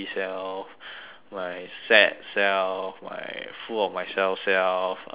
my sad self my full of myself self uh